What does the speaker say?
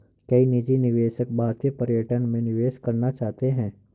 कई निजी निवेशक भारतीय पर्यटन में निवेश करना चाहते हैं